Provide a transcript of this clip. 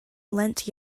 lent